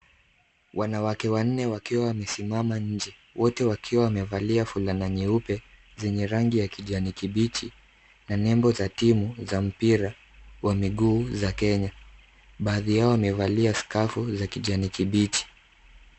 Wanawake wanne wakiwa wamesimama nje ,wote wakiwa wamevalia fulana nyeupe zenye rangi ya kijani kibichi ,na nembo za timu za mpira wa miguu za Kenya baadhi yao wamevalia skafu za kijani kibichi.